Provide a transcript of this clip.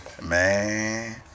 man